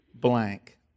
blank